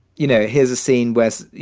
you know, here's a scene where, so you